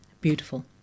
Beautiful